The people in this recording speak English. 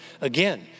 Again